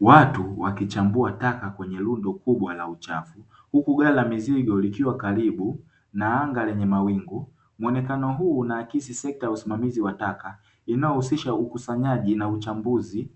Watu wakichambua taka kwenye rundo kubwa la uchafu, huku gari la mizigo likiwa karibu na anga lenye mawingu. Muonekano huu unaakisi sekta ya usimamizi wa taka, unaohusisha ukusanyaji na uchambuzi